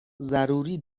ضروری